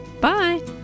Bye